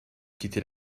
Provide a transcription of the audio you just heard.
quitter